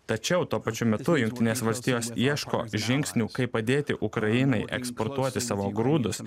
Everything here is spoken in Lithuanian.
tačiau tuo pačiu metu jungtinės valstijos ieško žingsnių kaip padėti ukrainai eksportuoti savo grūdus